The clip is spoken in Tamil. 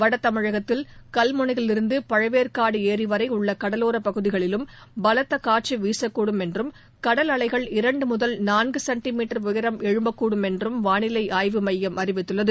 வடதமிழகத்தில் கல்முனையிலிருந்து பழவேற்காடு ஏரிவரை உள்ள கடவோர பகுதிகளிலும் பலத்த காற்று வீசக்கூடும் என்றும் கடல் அலைகள் இரண்டு முதல் நான்கு சென்டி மீட்டர் உயரம் எழும்பக்கூடும் என்றும் வானிலை ஆய்வு மையம் அறிவித்துள்ளது